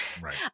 Right